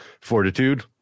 fortitude